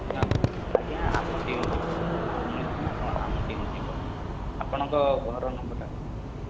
ନା ଆଜ୍ଞା ଆମ ଟିମ୍ ଯିବ ଆଉ ମୁଁ ଯିବି ନା ଆପଣ ଆମ ଟିମ୍ ଯିବ ଆପଣଙ୍କ ଘର ନମ୍ବରଟା କ'ଣ